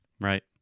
right